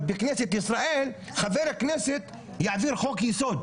שבכנסת ישראל חבר הכנסת יעביר חוק-יסוד.